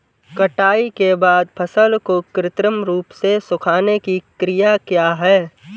कटाई के बाद फसल को कृत्रिम रूप से सुखाने की क्रिया क्या है?